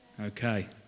Okay